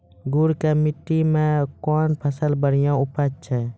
गुड़ की मिट्टी मैं कौन फसल बढ़िया उपज छ?